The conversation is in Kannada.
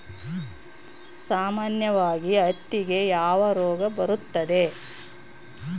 ಸಾಮಾನ್ಯವಾಗಿ ಹತ್ತಿಗೆ ಯಾವ ರೋಗ ಬರುತ್ತದೆ?